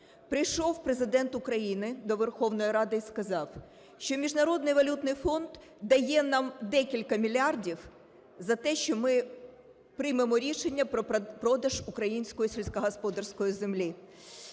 Прийшов Президент України до Верховної Ради і сказав, що Міжнародний валютний фонд дає нам декілька мільярдів за те, що ми приймемо рішення про продаж української сільськогосподарської землі.